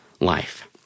life